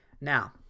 Now